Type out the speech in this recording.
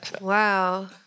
Wow